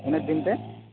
ᱛᱤᱱᱟᱹᱜ ᱫᱤᱱ ᱛᱮ